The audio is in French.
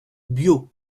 biot